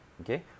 Okay